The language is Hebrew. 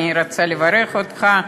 אני רוצה לברך אותך.